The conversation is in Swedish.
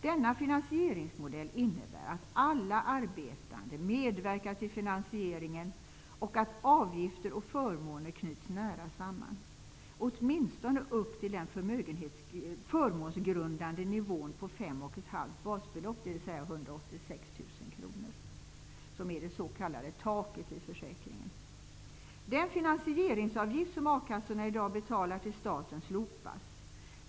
Denna finansieringsmodell innebär att alla arbetande medverkar till finansieringen och att avgifter och förmåner knyts nära samman, åtminstone upp till den förmånsgrundande nivån på Den finansieringsavgift som a-kassorna i dag betalar till staten slopas.